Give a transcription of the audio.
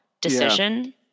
decision